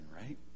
right